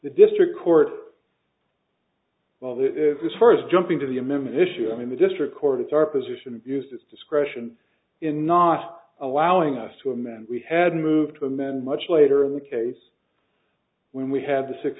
the district court this first jumping to the amendment issue i mean the district court it's our position abused its discretion in not allowing us to amend we had moved to amend much later in the case when we had the six